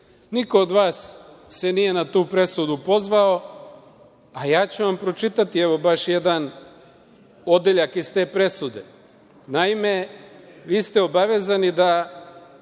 od vas se nije na tu presudu pozvao, a ja ću vam pročitati, evo baš jedan odeljak iz te presude. Naime, vi ste obavezani da